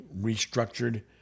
restructured